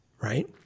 right